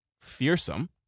fearsome